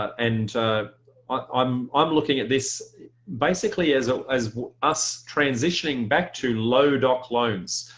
and um i'm i'm looking at this basically as ah as us transitioning back to low-doc loans.